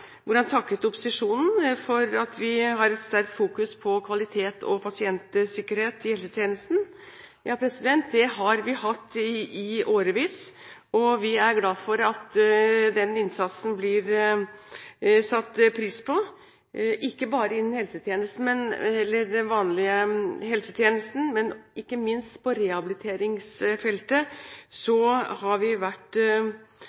hvor han takket opposisjonen for at vi har et sterkt fokus på kvalitet og pasientsikkerhet i helsetjenesten. Det har vi hatt i årevis, og vi er glad for at den innsatsen blir satt pris på. Ikke bare innen den vanlige helsetjenesten, men ikke minst på rehabiliteringsfeltet